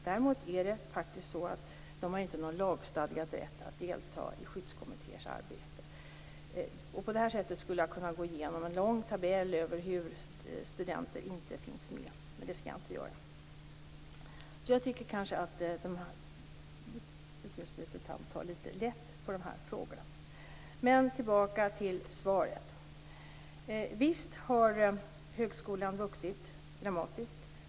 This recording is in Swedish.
Däremot har de ingen lagstadgad rätt att delta i skyddskommittéers arbete. På detta sätt skulle jag kunna gå igenom en lång tabell över situationer där studenter inte finns med, men det skall jag inte göra. Jag tycker kanske att utbildningsminister Tham tar litet lätt på dessa frågor. Visst har högskolan vuxit dramatiskt.